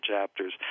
chapters